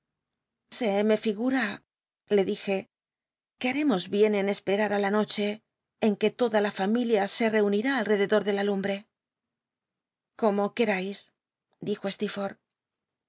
se me figura le dije que haremos bien en cspcaaa á la noche en ttc toda la familia se reunirá ah'cdedoa de la lumbe forlh com o querais dijo